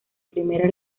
primera